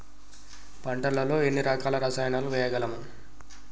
పంటలలో ఎన్ని రకాల రసాయనాలను వేయగలము?